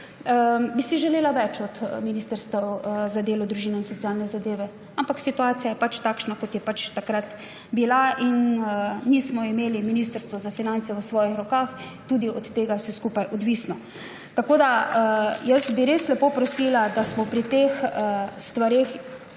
Bi si želela več od ministrstva za delo, družino in socialne zadeve, ampak situacija je bila pač takšna, kot je takrat bila in nismo imeli ministrstva za finance v svojih rokah. Tudi od tega je vse skupaj odvisno. Jaz bi res lepo prosila, da smo pri teh stvareh